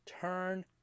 turn